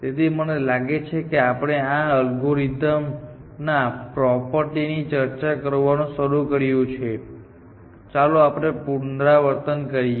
તેથી મને લાગે છે કે આપણે આ અલ્ગોરિધમના પ્રોપર્ટી ની ચર્ચા કરવાનું શરૂ કર્યું છે ચાલો આપણે પુનરાવર્તન કરીએ